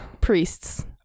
Priests